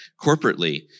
corporately